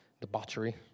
debauchery